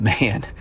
man